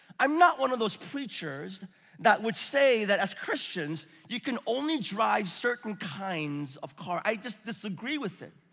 i'm not one of those preachers that would say that as christians you can only drive certain kinds of cars. i just disagree with it.